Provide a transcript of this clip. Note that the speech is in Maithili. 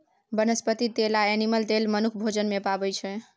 बनस्पति तेल आ एनिमल तेल मनुख भोजन मे पाबै छै